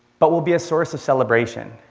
but will be a source of celebration.